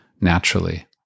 naturally